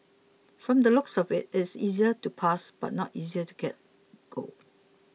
from the looks of it it is easier to pass but not easier to get gold